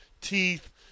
teeth